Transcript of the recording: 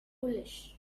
foolish